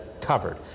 covered